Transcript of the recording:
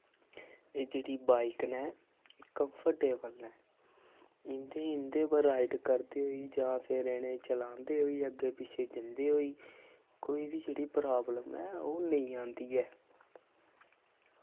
एह् जेह्ड़ी बाइक न कम्फर्टेबल न इं'दी इं'दे पर राइड करदे होई जां फिर इ'नेंगी चलांदे होई अग्गें पिच्छे जन्दे होई कोई बी जेह्ड़ी प्राब्लम ऐ ओह् नेईं आंदी ऐ